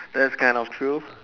that's kind of true